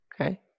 Okay